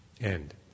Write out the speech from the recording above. End